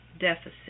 deficit